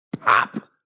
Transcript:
Pop